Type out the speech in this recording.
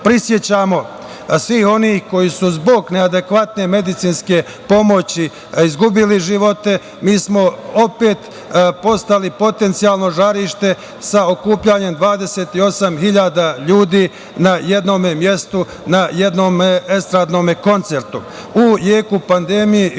prisećamo svih onih koji su zbog neadekvatne medicinske pomoći izgubili živote, mi smo opet postali potencijalno žarište sa okupljanjem 28.000 ljudi na jednom mestu, na jednom estradnom koncertu,